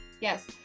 Yes